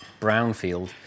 brownfield